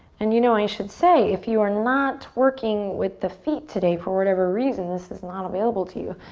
and, you know, i should say if you are not working with the feet today, for whatever reason, this is not available to you,